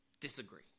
Disagree